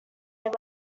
will